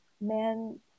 man